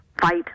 fight